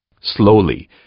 Slowly